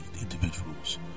individuals